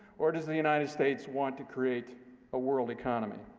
or does the united states want to create a world economy.